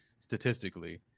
statistically